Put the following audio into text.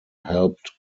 helped